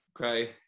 Okay